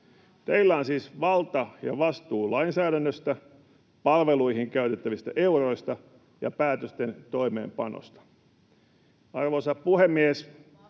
Teillä on siis valta ja vastuu lainsäädännöstä, palveluihin käytettävistä euroista ja päätösten toimeenpanosta. Arvoisa puhemies!